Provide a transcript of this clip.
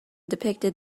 depicted